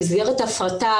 במסגרת ההפרטה,